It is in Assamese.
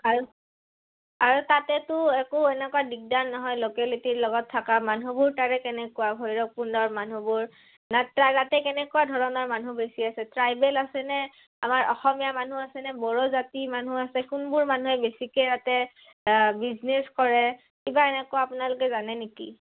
আৰু আৰু তাতেতো একো এনেকুৱা দিগদাৰ নহয় লোকেলিটিৰ লগত থকা মানুহবোৰ তাৰে কেনেকুৱা ভৈৰৱকুণ্ডৰ মানুহবোৰ না তাৰ তাতে কেনেকুৱা ধৰণৰ মানুহ বেছি আছে ট্ৰাইবেল আছেনে আমাৰ অসমীয়া মানুহ আছেনে বড়োজাতি মানুহ আছে কোনবোৰ মানুহে বেছিকৈ তাতে বিজনেচ কৰে কিবা এনেকুৱা আপোনালোকে জানে নেকি